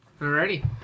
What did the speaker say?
Alrighty